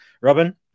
Robin